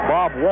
Bob